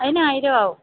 അതിന് ആയിരമാകും